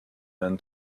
men